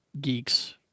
geeks